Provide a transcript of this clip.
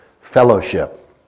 fellowship